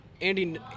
Andy